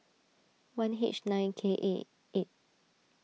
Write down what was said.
one H nine K A eight